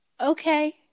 okay